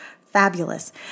fabulous